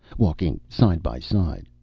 walking side by side.